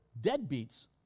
deadbeats